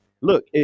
Look